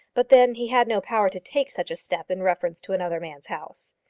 but then he had no power to take such a step in reference to another man's house.